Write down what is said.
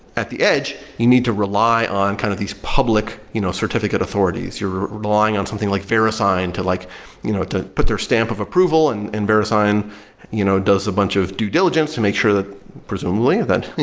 at the edge you need to rely on kind of these public you know certificate authorities. you're relying on something like verisign to like you know to put their stamp of approval and and verisign you know does a bunch of due diligence to make sure that presumably then,